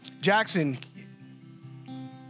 Jackson